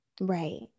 right